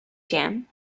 jam